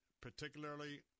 particularly